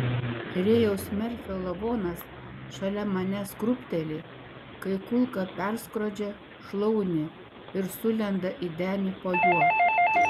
rėjaus merfio lavonas šalia manęs krūpteli kai kulka perskrodžia šlaunį ir sulenda į denį po juo